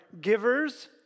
givers